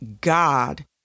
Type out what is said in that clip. God